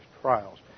trials